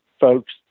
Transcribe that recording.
folks